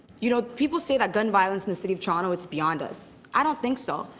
you know people say that gun violence in the city of toronto it's beyond us, i don't think so.